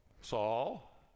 Saul